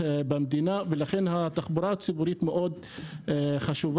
לכן התחבורה הציבורית במקומות האלה מאוד חשובה.